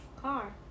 car